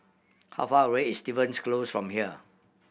how far away is Stevens Close from here